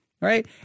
right